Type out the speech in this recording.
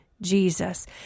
Jesus